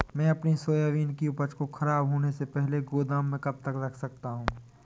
मैं अपनी सोयाबीन की उपज को ख़राब होने से पहले गोदाम में कब तक रख सकता हूँ?